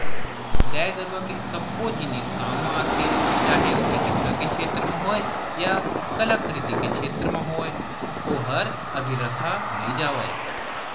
गाय गरुवा के सबो जिनिस काम म आथे चाहे ओ चिकित्सा के छेत्र म होय या कलाकृति के क्षेत्र म होय ओहर अबिरथा नइ जावय